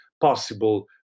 possible